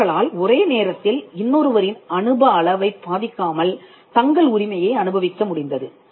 அவர்களால் ஒரே நேரத்தில் இன்னொருவரின் அனுபவ அளவைப் பாதிக்காமல் தங்கள் உரிமையை அனுபவிக்க முடிந்தது